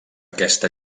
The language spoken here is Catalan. aquesta